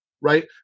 right